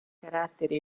carattere